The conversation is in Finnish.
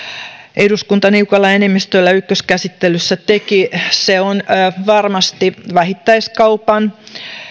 eduskunta niukalla enemmistöllä ykköskäsittelyssä teki on varmasti vähittäiskaupan